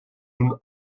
nun